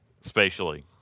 Spatially